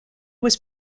was